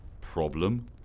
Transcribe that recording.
Problem